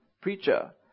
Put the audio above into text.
preacher